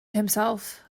himself